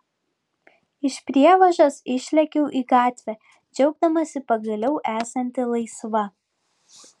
iš prievažos išlėkiau į gatvę džiaugdamasi pagaliau esanti laisva